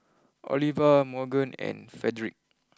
Oliva Morgan and Fredrick